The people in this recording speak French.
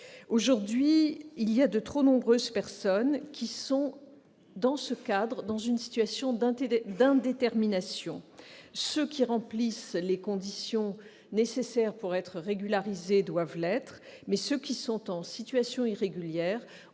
le territoire. De trop nombreuses personnes sont aujourd'hui dans une situation d'indétermination. Ceux qui remplissent les conditions nécessaires pour être régularisés doivent l'être, mais ceux qui sont en situation irrégulière